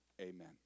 amen